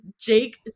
Jake